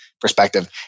perspective